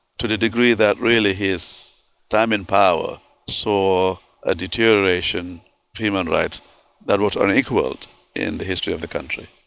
to the degree that really his time in power saw a deterioration of human rights that was unequalled in the history of the country.